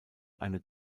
eine